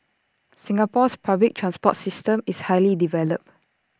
Singapore's public transport system is highly developed